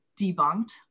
debunked